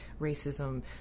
racism